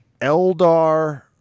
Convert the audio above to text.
Eldar